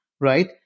Right